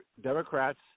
Democrats